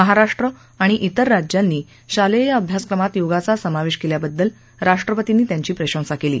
महाराष्ट्र आणि तिर राज्यांनी शालेय अभ्यासक्रमात योगाचा समावेश केल्याबद्दल राष्ट्रपतींनी त्यांची प्रशंसा केली